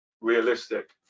Realistic